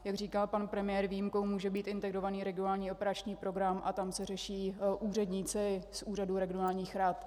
Jak říkal pan premiér, výjimkou může být Integrovaný regionální operační program a tam se řeší úředníci z úřadů regionálních rad.